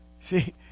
see